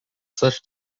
such